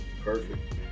perfect